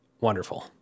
wonderful